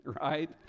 right